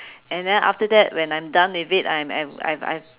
and then after that when I'm done with it I'm I've I've I've